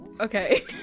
okay